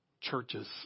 churches